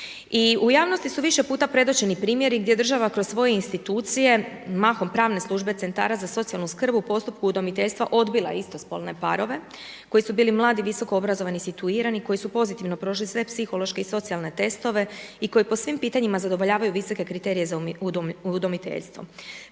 u javnosti su više predočeni primjeri gdje država kroz svoje institucije, mahom pravne službe CZSS-a u postupku udomiteljstva odbila istospolne parove koji su bili mladi i visokoobrazovani, situirani, koji su pozitivno prošli sve psihološke i socijalne testove i koji po svim pitanjima zadovoljavaju visoke kriterije za udomiteljstvo.